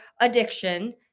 addiction